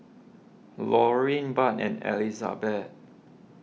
Laureen Budd and Elizabeth